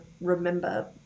remember